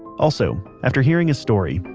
also, after hearing this story,